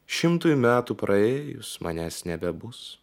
šimtui metų praėjus manęs nebebus